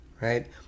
right